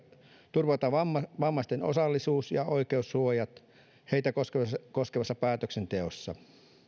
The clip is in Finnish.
turvataan vammaisten osallisuus ja oikeussuojakeinot heitä koskevassa päätöksenteossa